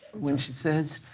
when she says